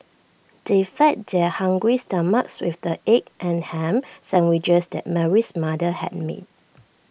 they fed their hungry stomachs with the egg and Ham Sandwiches that Mary's mother had made